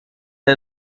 der